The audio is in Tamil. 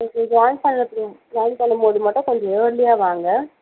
ஓகே ஜாயின் பண்ணிணதுக்கு ஜாயின் பண்ணும் போது மட்டும் கொஞ்சம் ஏர்லியாக வாங்க